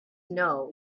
know